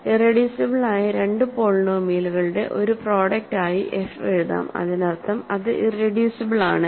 irreducible ആയ രണ്ട് പോളിനോമിയലുകളുടെ ഒരു പ്രോഡക്ട് ആയി എഫ് എഴുതാം അതിനർത്ഥം അത് ഇറെഡ്യൂസിബിൾ ആണ്